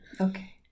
Okay